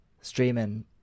streaming